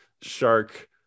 shark